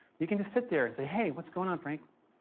you can just sit there and say hey what's going on frank.